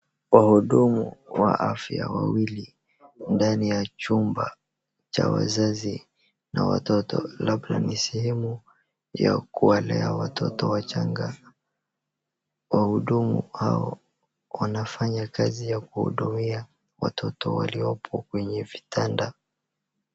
Wahudumu wa afya wawili ndani ya chumba cha wazazi na watoto. Labda ni sehemu ya kuwalea watoto wachanga. Wahudumu hao wanafanya kazi ya kuhudumia watoto waliopo kwenye vitanda.